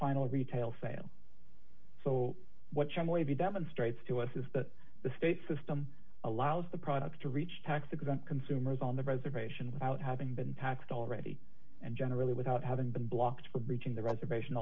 final retail sale so what's the demonstrates to us is that the state system allows the products to reach tax exempt consumers on the reservation without having been taxed already and generally without having been blocked for breaching the reservation